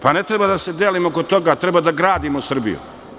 Pa, ne treba da se delimo oko toga, treba da gradimo Srbiju.